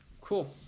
cool